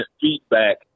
feedback